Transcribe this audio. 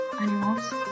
animals